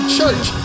church